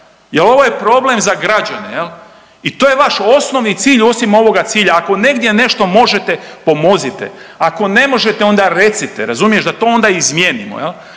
jer ovo je problem za građane i to je vaš osnovni cilj, osim ovoga cilja, ako negdje nešto možete, pomozite. Ako ne možete, onda recite, razumiješ, da to onda izmijenimo. A